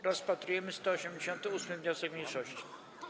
Rozpatrujemy 188. wniosek mniejszości.